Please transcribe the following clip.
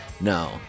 No